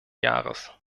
jahres